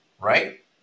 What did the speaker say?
Right